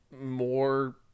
more